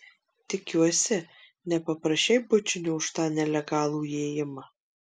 tikiuosi nepaprašei bučinio už tą nelegalų įėjimą